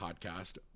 podcast